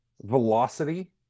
velocity